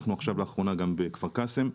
ולאחרונה גם פתחנו בכפר קאסם,